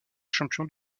champion